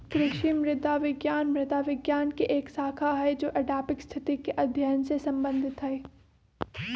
कृषि मृदा विज्ञान मृदा विज्ञान के एक शाखा हई जो एडैफिक स्थिति के अध्ययन से संबंधित हई